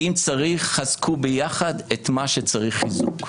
אם צריך, חזקו ביחד את מה שצריך חיזוק.